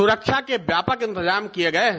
सुरक्षा के व्यापक इंतजाम किए गए हैं